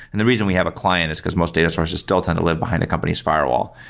and the reason we have a client is because most data source is dealt on to live behind a company's firewall.